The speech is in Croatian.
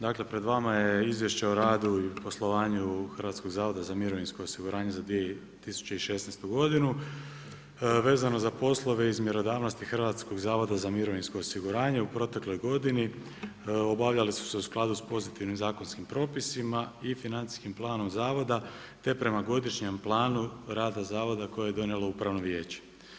Dakle, pred vama je izvješće o radu i poslovanju Hrvatskog zavoda za mirovinskog osiguranje za 2016. vezano za poslove iz mjerodavnosti Hrvatskog zavoda za mirovinskog osiguranje u protekloj godini, obavljali su se u skladu s pozitivnim zakonskim propisima i financijskim planom zavoda, te prema godišnjem planu rada Zavoda koje je donijelo upravno vijeće.